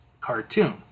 cartoon